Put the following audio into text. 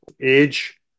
age